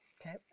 Okay